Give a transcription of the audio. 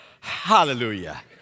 hallelujah